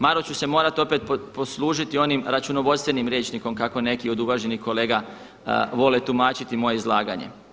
Malo ću se morati opet poslužiti onim računovodstvenim rječnikom kako neki od uvaženih kolega vole tumačiti moje izlaganje.